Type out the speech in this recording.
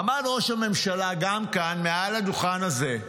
עמד ראש הממשלה גם כאן, מעל הדוכן הזה,